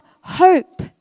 hope